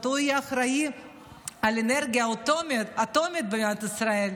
הוא יהיה אחראי לאנרגיה אטומית במדינת ישראל,